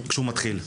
כשהוא מתחיל.